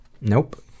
Nope